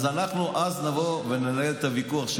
אז אנחנו נבוא וננהל את הוויכוח,